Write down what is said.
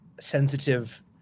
sensitive